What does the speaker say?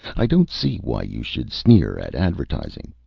i don't see why you should sneer at advertising.